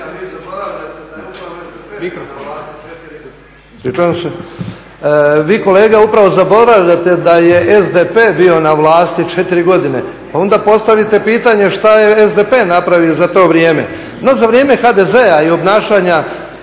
Vi kolega upravo zaboravljate da je SDP bio na vlasti 4 godine pa onda postavite pitanje šta je SDP napravio za to vrijeme. No za vrijeme HDZ-a i obnašanja